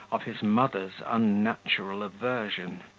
of his mother's unnatural aversion.